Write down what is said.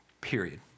period